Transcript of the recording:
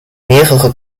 mehrere